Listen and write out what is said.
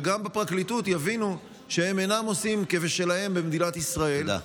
וגם בפרקליטות יבינו שהם אינם עושים כבשלהם במדינת ישראל,